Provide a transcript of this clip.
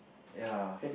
ya